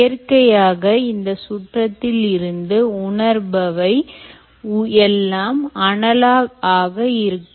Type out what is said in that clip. இயற்கையாக இந்த சுற்றத்தில் இருந்து உணர்பவை எல்லாம் அனலாக் ஆக இருக்கும்